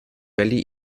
valley